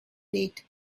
date